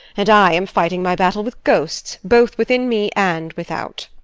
and i am fighting my battle with ghosts, both within me and without.